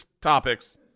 topics